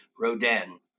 Rodin